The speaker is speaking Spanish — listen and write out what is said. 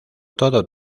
todo